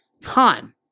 time